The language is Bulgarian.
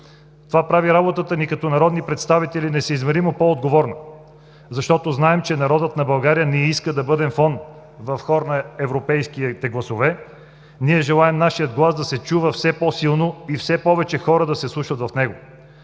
Това прави работата ни като народни представители несъизмеримо по-отговорна, защото знаем, че народът на България не иска да бъдем фон в хор на европейските гласове. Ние желаем нашият глас да се чува все по-силно и все повече хора да се вслушват в него.